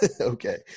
Okay